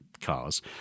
cars